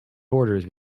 borders